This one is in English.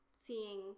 seeing